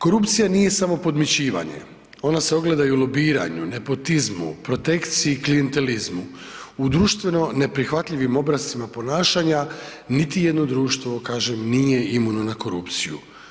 Korupcija nije samo podmićivanje, ona se ogleda i u lobiranju, nepotizmu, protekciji, klijentelizmu, u društveno neprihvatljivim obrascima ponašanja niti jedno društvo kažem nije imuno na korupciju.